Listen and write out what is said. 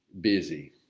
busy